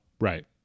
right